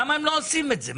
למה הם לא עושים את זה?